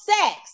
sex